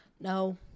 No